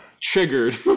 triggered